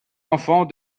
enfants